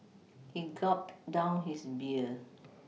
he gulped down his beer